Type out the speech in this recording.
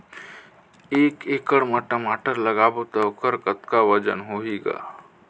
एक एकड़ म टमाटर लगाबो तो ओकर कतका वजन होही ग?